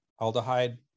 aldehyde